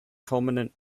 prominent